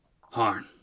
Harn